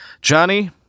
Johnny